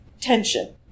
tension